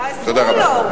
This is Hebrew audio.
תודה רבה.